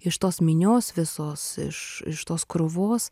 iš tos minios visos iš iš tos krūvos